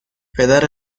پدر